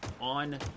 on